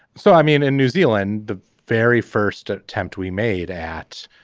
so i mean in new zealand the very first attempt we made at